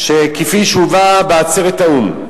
כפי שהובא בהכרזת האו"ם: